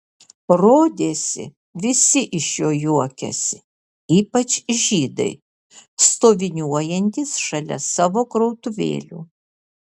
rodėsi visi iš jo juokiasi ypač žydai stoviniuojantys šalia savo krautuvėlių